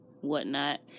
whatnot